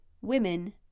women